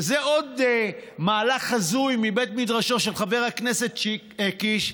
וזה עוד מהלך הזוי מבית מדרשו של חבר הכנסת קיש,